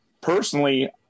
Personally